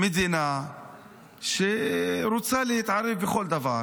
מדינה שרוצה להתערב בכל דבר